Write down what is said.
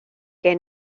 que